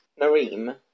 Nareem